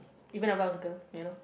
even when I was a girl you know